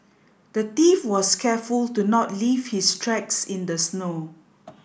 the thief was careful to not leave his tracks in the snow